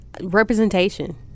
Representation